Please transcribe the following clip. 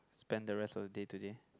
spend the rest of day today